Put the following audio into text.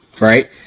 right